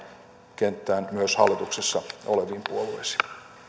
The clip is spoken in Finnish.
kenttään myös hallituksessa oleviin puolueisiin